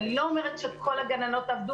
אני לא אומרת שכל הגננות עבדו.